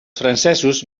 francesos